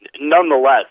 nonetheless